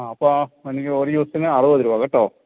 ആ അപ്പോൾ എനിക്ക് ഒരു ജൂസിന് അറുപത് രൂപ കേട്ടോ